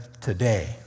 today